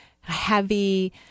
heavy